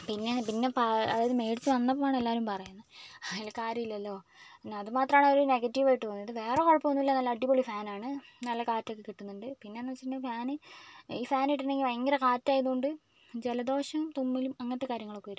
പിന്നെ പിന്നെ പ അതായത് മേടിച്ച് വന്നപ്പോഴാണ് എല്ലാവരും പറയുന്നത് അതിൽ കാര്യമില്ലല്ലോ പിന്നെ അത് മാത്രമാണ് നെഗറ്റീവ് ആയിട്ട് തോന്നിയത് വേറെ കുഴപ്പം ഒന്നുമില്ല നല്ല അടിപൊളി ഫാൻ ആണ് നല്ല കാറ്റൊക്കെ കിട്ടുന്നുണ്ട് പിന്നെ എന്ന് വെച്ചിട്ടുണ്ടെങ്കിൽ ഞാൻ ഈ ഫാൻ ഇട്ടിട്ടുണ്ടെങ്കിൽ ഭയങ്കര കാറ്റ് ആയതുകൊണ്ട് ജലദോഷം തുമ്മലും അങ്ങനെത്തെ കാര്യങ്ങളൊക്കെ വരും